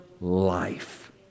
life